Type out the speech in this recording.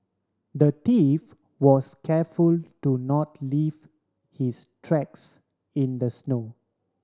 the thief was careful to not leave his tracks in the snow